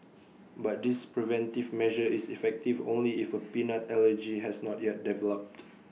but this preventive measure is effective only if A peanut allergy has not yet developed